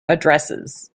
addresses